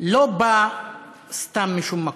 לא בא סתם משום מקום.